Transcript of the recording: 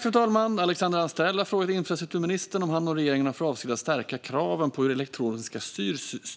Fru talman! Alexandra Anstrell har frågat infrastrukturministern om han och regeringen har för avsikt att stärka kraven på hur de elektroniska